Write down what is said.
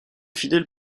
fidèle